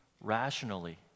Rationally